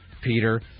Peter